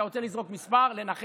אתה רוצה לזרוק מספר ולנחש?